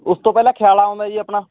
ਉਸ ਤੋਂ ਪਹਿਲਾਂ ਖਿਆਲਾ ਆਉਂਦਾ ਜੀ ਆਪਣਾ